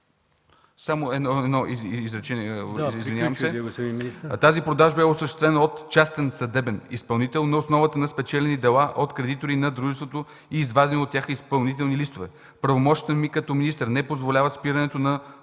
тази продажба е осъществена от частен съдебен изпълнител на основата на спечелени дела от кредитори на дружеството и извадени от тях изпълнителни листове. Правомощията ми като министър не позволяват спирането на